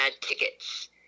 tickets